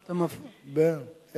מה זה NGT?